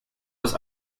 was